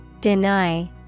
Deny